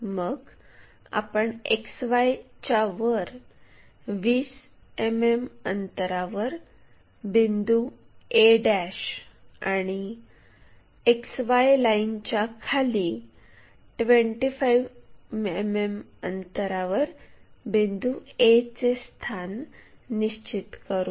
मग आपण XY च्या वर 20 मिमी अंतरावर बिंदू a आणि XY लाईनच्या खाली 25 मिमी अंतरावर बिंदू a चे स्थान निश्चित करू